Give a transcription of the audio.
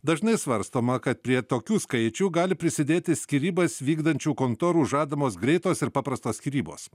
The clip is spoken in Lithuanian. dažnai svarstoma kad prie tokių skaičių gali prisidėti skyrybas vykdančių kontorų žadamos greitos ir paprastos skyrybos